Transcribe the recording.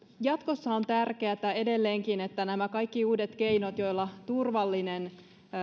jatkossa on tärkeätä edelleenkin että nämä kaikki uudet keinot joilla turvallinen